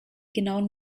genauen